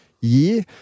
year